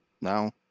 Now